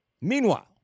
Meanwhile